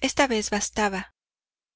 esta vez bastaba